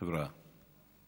חבריא.